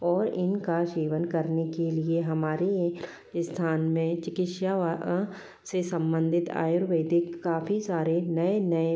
और इनका सेवन करने के लिए हमारे स्थान में चिकित्सा व से सम्बंधित आयुर्वेदिक काफ़ी सारे नए नए